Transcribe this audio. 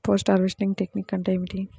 Post harvesting technique అంటే ఏమిటీ?